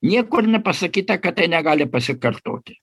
niekur nepasakyta kad tai negali pasikartoti